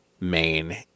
main